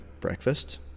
breakfast